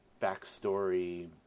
backstory